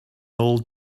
old